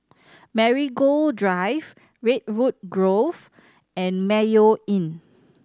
Marigold Drive Redwood Grove and Mayo Inn